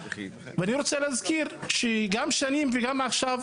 ואני רוצה להזכיר שגם שנים וגם עכשיו,